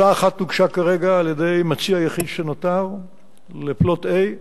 הצעה אחת הוגשה כרגע על-ידי מציע יחיד שנותר ל-Plot A,